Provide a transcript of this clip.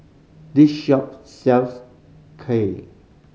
this shop sells Kay